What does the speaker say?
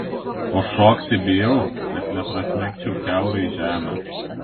o šokti bijau kad neprasmegčiau kiaurai žemę